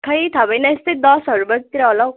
खै थाह भएन यस्तै दसहरू बजेतिर होला हौ